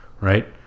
right